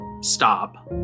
stop